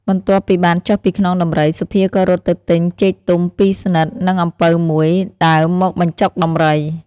បន្ទាប់ពីបានចុះពីខ្នងដំរី សុភាក៏រត់ទៅទិញចេកទុំពីរស្និត និងអំពៅមួយ ដើមមកបញ្ចុកដំរី ។